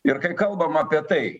ir kai kalbam apie tai